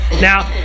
Now